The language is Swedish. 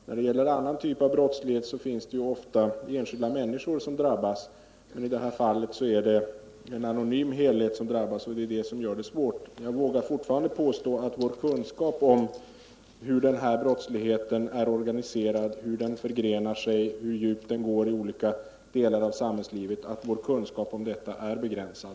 När det gäller andra typer av brottslighet är det ofta enskilda människor som drabbas, men i detta fall är det alltså en anonym helhet som drabbas, och det är det som gör det hela svårt. Jag vågar fortfarande påstå att vår kunskap om hur den här brottsligheten är organiserad, hur den förgrenar sig och hur djupt den går i olika delar av samhällslivet är begränsad.